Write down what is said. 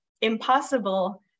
impossible